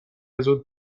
زود